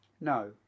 no